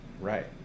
Right